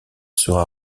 sera